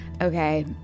Okay